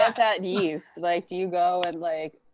that that and yeast? like, do you go and like,